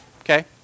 Okay